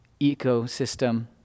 ecosystem